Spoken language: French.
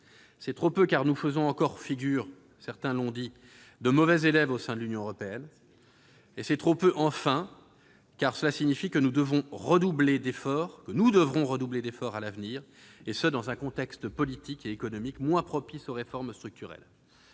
C'est trop peu, ensuite, car notre pays fait encore figure, certains l'ont dit, de mauvais élève au sein de l'Union européenne. C'est trop peu, enfin, car cela signifie que nous devrons redoubler d'efforts à l'avenir, et ce dans un contexte politique et économique moins propice aux réformes structurelles.